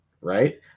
right